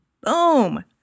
boom